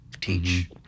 teach